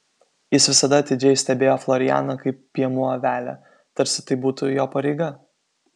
jis visada atidžiai stebėjo florianą kaip piemuo avelę tarsi tai būtų jo pareiga